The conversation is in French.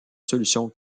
solutions